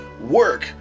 work